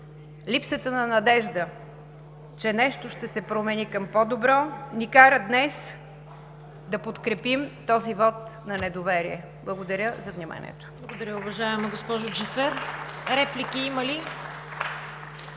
Липсата на надежда, че нещо ще се промени към по-добро, ни кара днес да подкрепим този вот на недоверие. Благодаря за вниманието.